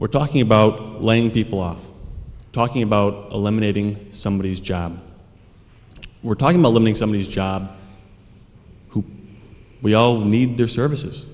we're talking about laying people off talking about eliminating somebodies job we're talking about letting some of these job who we all need their services